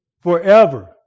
forever